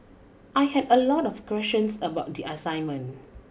I had a lot of questions about the assignment